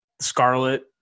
Scarlet